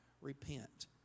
repent